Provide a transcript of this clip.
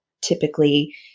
typically